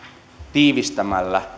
tiivistämällä